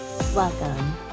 Welcome